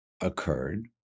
occurred